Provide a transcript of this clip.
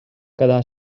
quedar